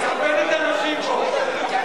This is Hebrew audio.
נצביע עליהם ביחד.